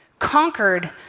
Conquered